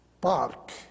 Park